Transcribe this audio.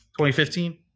2015